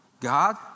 God